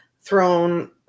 thrown